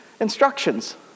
instructions